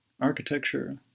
architecture